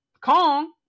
kong